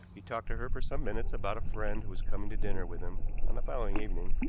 he talked to her for some minutes about a friend who was coming to dinner with him on the following evening,